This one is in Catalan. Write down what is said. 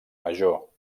major